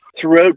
throughout